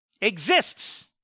exists